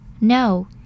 No